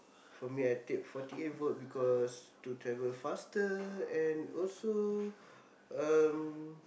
for me I take forty eight volt because to travel faster and also um